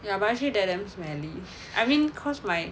ya but actually there damn smelly I mean because my